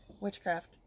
witchcraft